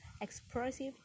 expressive